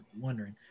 wondering